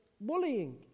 bullying